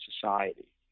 society